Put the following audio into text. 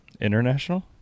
International